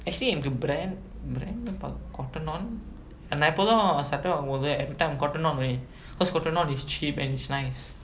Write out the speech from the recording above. actually எனக்கு:enakku brand brand nupak cotton on நா எப்போதும் சட்ட வாங்கும்போது:naa eppothum satta vangumpothu everytime cotton on வேன்:vaen cause cotton on is cheap and it's nice